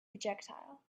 projectile